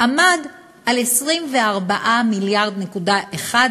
עמד על 24.1 מיליארד,